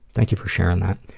thank you for sharing that.